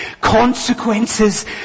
consequences